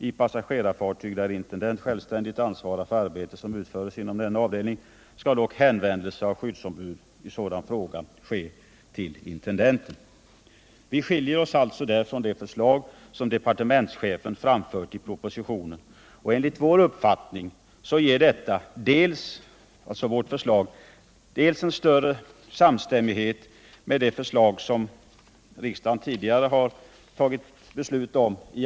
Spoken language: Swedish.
I passagerarfartyg där intendent självständigt ansvarar för arbete som utföres inom denna avdelning, skall dock hänvändelse av skyddsombud i sådan fråga ske till intendenten.” Vi skiljer oss på den punkten från det förslag som departemenischefen framfört i propositionen. Enligt vår uppfattning ger vårt förslag större samstämmighet med den arbetsmiljölag som riksdagen tidigare tagit beslut om.